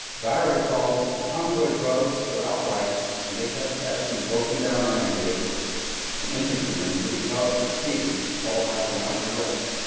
dyer recalled the convoy drove without lights and they kept passing broken down army vehicles and infantry men, who because of fatigue, had fallen out of line to rest.